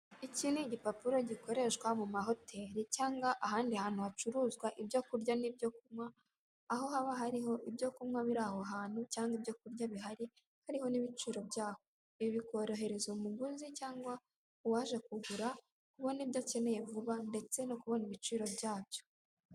Iki ni igipapuro gikoreshwa mu mahoteli cyangwa ahandi hantu hacuruzwa ibyo kurya n'ibyo kunywa, aho haba hariho ibyo kunywa biri aho hantu cyangwa ibyo kurya bihari hariho n'ibiciro byaho, ibi bikorohereza umuguzi cyangwa uwaje kugura kubona ibyo akeneye vuba ndetse no kubona ibiciro byabyo.